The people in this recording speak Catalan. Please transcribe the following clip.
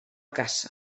caça